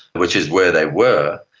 which is where they were.